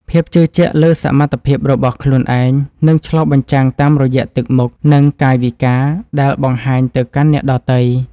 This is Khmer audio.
ភាពជឿជាក់លើសមត្ថភាពរបស់ខ្លួនឯងនឹងឆ្លុះបញ្ចាំងតាមរយៈទឹកមុខ និង កាយវិការដែលបង្ហាញទៅកាន់អ្នកដទៃ។